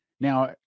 Now